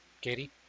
Katie